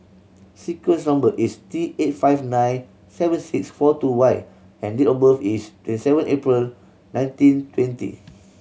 sequence number is T eight five nine seven six four two Y and date of birth is twenty seven April nineteen twenty